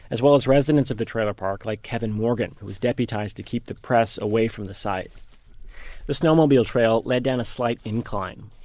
as well as residents of the trailer park like kevin morgan who was deputized to keep the press away from the site the snowmobile trail led down a slight incline.